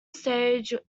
stage